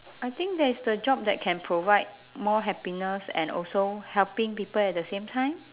I think that is the job that can provide more happiness and also helping people at the same time